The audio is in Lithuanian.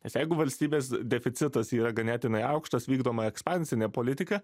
nes jeigu valstybės deficitas yra ganėtinai aukštas vykdoma ekspansinė politika